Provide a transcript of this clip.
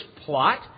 plot